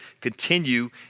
continue